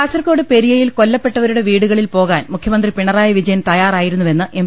കാസർകോട് പെരിയയിൽ കൊല്ലപ്പെട്ടവരുടെ വീടുകളിൽ പോകാൻ മുഖ്യമന്ത്രി പിണറായി വിജയൻ തയ്യാറായിരുന്നുവെന്ന് എം